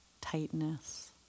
tightness